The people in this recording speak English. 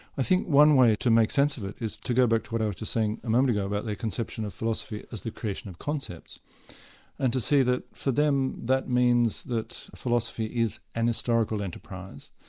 i think one way to make sense of it is to go back to what i was saying a moment ago about their conception of philosophy is the creation of concepts and to see that for them that means that philosophy is an historical enterprise,